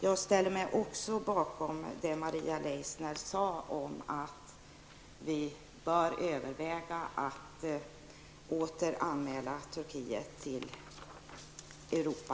Jag ställer mig också bakom Maria Leissners uttalande att vi bör överväga att åter anmäla